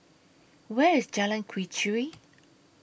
Where IS Jalan Quee Chew